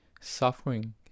Suffering